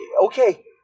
okay